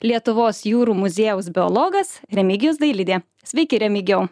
lietuvos jūrų muziejaus biologas remigijus dailidė sveiki remigijau